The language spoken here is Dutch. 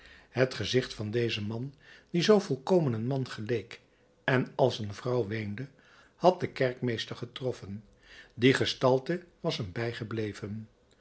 het gezicht van dezen man die zoo volkomen een man geleek en als een vrouw weende had den kerkmeester getroffen die gestalte was hem bijgebleven